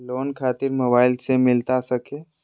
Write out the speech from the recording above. Loan खातिर mobile से मिलता सके?